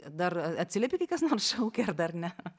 dar atsiliepi kai kas nors šaukia ar dar ne